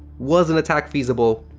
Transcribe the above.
was an attack feasible?